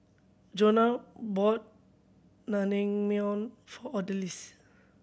Jonah bought Naengmyeon for Odalys